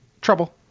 Trouble